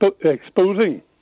exposing